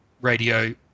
radio